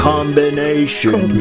Combination